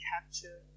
capture